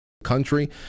country